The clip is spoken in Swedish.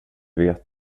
vet